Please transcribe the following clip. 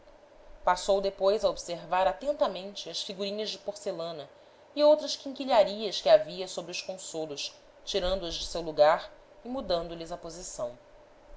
passou depois a observar atentamente as figurinhas de porcelana e outras quinquilharias que havia sobre os consolos tirando as de seu lugar e mudando lhes a posição